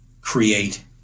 create